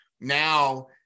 Now